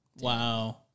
Wow